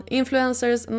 influencers